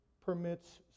permits